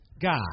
God